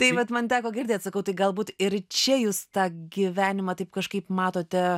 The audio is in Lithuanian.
tai va man teko gitdėt sakau tai galbūt ir čia jūs tą gyvenimą taip kažkaip matote